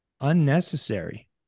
unnecessary